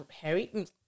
Harry